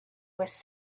was